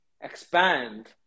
expand